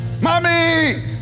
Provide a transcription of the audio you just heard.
Mommy